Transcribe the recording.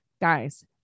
guys